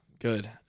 Good